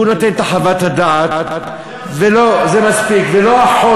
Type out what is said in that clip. שהוא נותן את חוות הדעת, זה מספיק, ולא אחות.